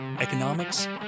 economics